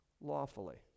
lawfully